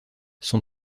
son